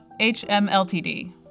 HMLTD